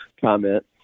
comment